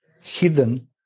hidden